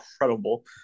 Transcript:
incredible